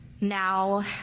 now